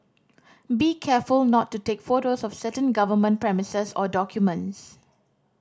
be careful not to take photos of certain government premises or documents